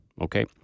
Okay